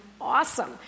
awesome